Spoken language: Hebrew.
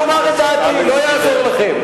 כן, אבל, לא תשתיקו אותי.